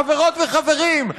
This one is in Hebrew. חברות וחברים,